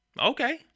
Okay